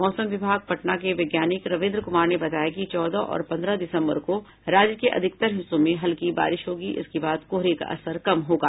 मौसम विभाग पटना के वैज्ञानिक रविन्द्र कुमार ने बताया कि चौदह और पन्द्रह दिसम्बर को राज्य के अधिकतर हिस्सों में हल्की बारिश होगी जिसके बाद कोहरे का असर कम होगा